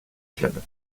clubs